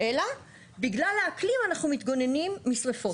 בכל מסדרון.